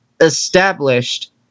established